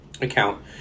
account